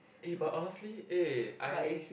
eh but honestly eh I